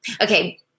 okay